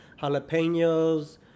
jalapenos